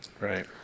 right